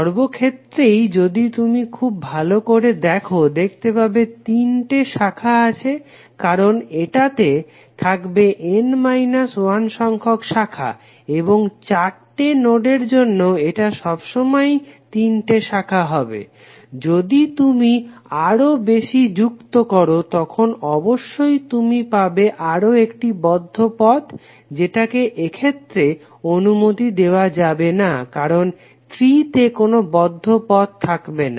সবক্ষেত্রেই যদি তুমি খুব ভালো করে দেখো দেখতে পাবে তিনটে শাখা আছে কারণ এটাতে থাকবে n 1 সংখ্যক শাখা এবং 4 টে নোডের জন্য এটা সবসময়েই 3 টে শাখা হবে যদি তুমি আরও বেশি যুক্ত করো তখন অবশ্যই তুমি পাবে আরও একটি বদ্ধ পথ যেটাকে এক্ষেত্রে অনুমতি দেওয়া যাবে না কারণ ট্রি টে কোনো বদ্ধ পথ থাকবে না